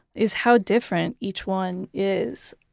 is how different each one is.